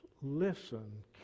listen